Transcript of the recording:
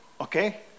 Okay